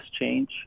change